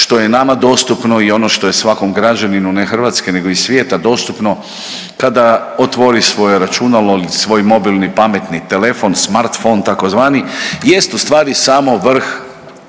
što je nama dostupno i ono što je svakom građaninu ne Hrvatske nego i svijeta dostupno kada otvori svoje računalo ili svoj mobilni pametni telefon, smartphone tzv. jest ustvari samo vrh